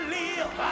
live